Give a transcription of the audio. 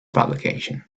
publication